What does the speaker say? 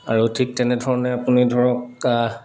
আৰু ঠিক তেনেধৰণে আপুনি ধৰক